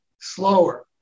slower